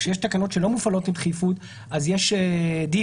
כשיש תקנות שלא מופעלות עם דחיפות אז יש דיפולט,